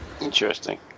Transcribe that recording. Interesting